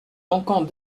manquant